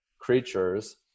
creatures